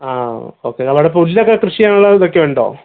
ആ ഓക്കേ അവിടെ പുല്ലൊക്കെ കൃഷി ചെയ്യാനുള്ള ഇതൊക്കെയുണ്ടോ